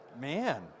man